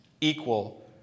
equal